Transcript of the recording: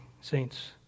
saints